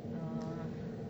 err